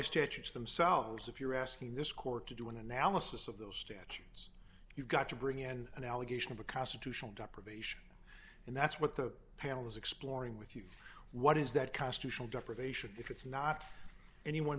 statutes themselves if you're asking this court to do an analysis of those statutes you've got to bring in an allegation of a constitutional provision and that's what the panel is exploring with you what is that constitutional deprivation if it's not anyone